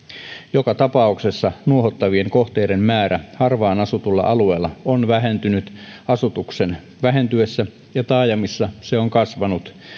joka tapauksessa nuohottavien kohteiden määrä harvaan asutulla alueella on vähentynyt asutuksen vähentyessä ja taajamissa se on kasvanut